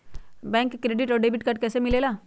Bank से credit और debit card कैसी मिलेला?